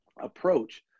approach